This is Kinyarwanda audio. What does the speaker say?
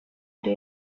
leta